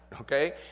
okay